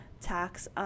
tax